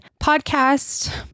Podcast